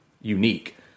unique